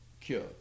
cure